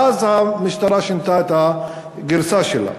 ואז המשטרה שינתה את הגרסה שלה: